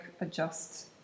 adjust